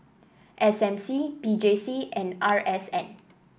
S M C P J C and R S N